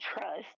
trust